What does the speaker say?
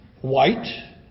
white